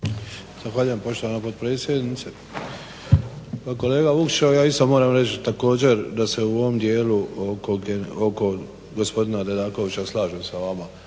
Zahvaljujem gospođo potpredsjednice. Pa kolega Vukšić evo ja isto moram reći također da se u ovom dijelu oko gospodina Dedakovića slažem sa vama.